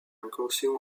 incursion